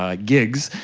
ah gigs,